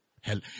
hell